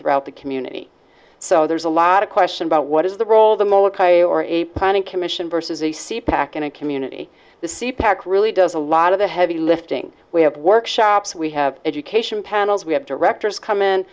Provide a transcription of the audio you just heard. throughout the community so there's a lot of question about what is the role of them ok or a planning commission versus a c pac in a community the sea pack really does a lot of the heavy lifting we have workshops we have education panels we have directors come in